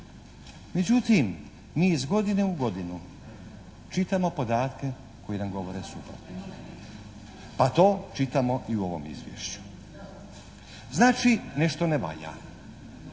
Međutim mi iz godine u godinu čitamo podatke koji nam govore suprotno. Pa to čitamo i u ovom izvješću. Znači nešto ne valja.